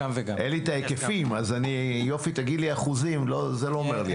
אין לי את ההיקפים זה לא אומר לי הרבה.